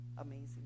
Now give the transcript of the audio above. amazing